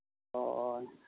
ᱦᱳᱭ